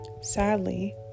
sadly